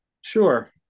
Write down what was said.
Sure